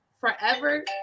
forever